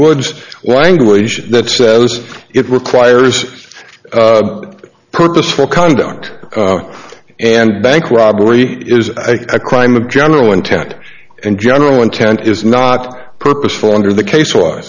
woods language that says it requires purposeful conduct and bank robbery is a crime of general intent and general intent is not purposeful under the case was